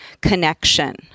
connection